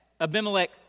Abimelech